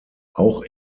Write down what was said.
auch